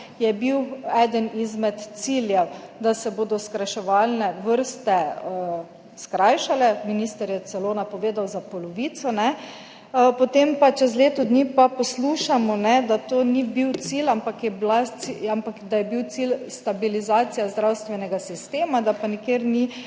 je bil eden izmed ciljev, da se bodo čakalne vrste skrajšale. Minister je celo napovedal za polovico, potem pa čez leto dni poslušamo, da to ni bil cilj, ampak je bil cilj stabilizacija zdravstvenega sistema, da pa nikjer ni